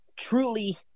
truly